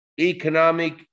economic